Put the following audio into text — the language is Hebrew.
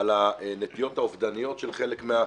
על הנטיות האובדניות של חלק מהמתמחים.